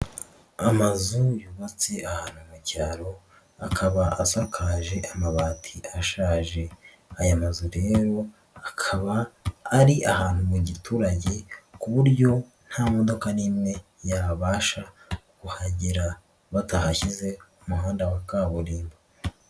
Amazu yubatse ahantu mu cyaro akaba asakaje amabati ashaje, aya mazu rero akaba ari ahantu mu giturage ku buryo nta modoka n'imwe yabasha kuhagera batahashyize umuhanda wa kaburimbo.